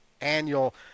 annual